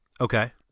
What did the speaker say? Okay